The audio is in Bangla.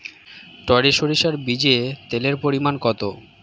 টরি সরিষার বীজে তেলের পরিমাণ কত?